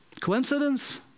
Coincidence